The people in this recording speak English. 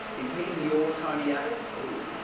is he your tony abbott?